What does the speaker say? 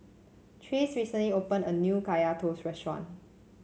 Trace recently opened a new Kaya Toast restaurant